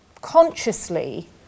consciously